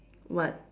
what